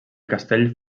castell